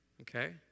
okay